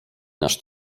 nasz